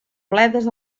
bledes